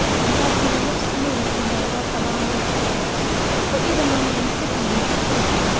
and that my lips move when i walk along the street or even when i am sitting in church.